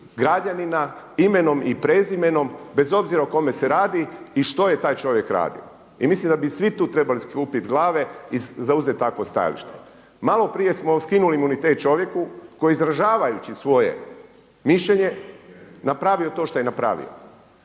građanina imenom i prezimenom bez obzira o kome se radi i što je taj čovjek radio. I mislim da bi svi tu trebali skupiti glave i zauzeti takvo stajalište. Malo prije smo skinuli imunitet čovjeku koji je izražavajući svoje mišljenje napravio to što je napravio.